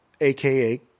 aka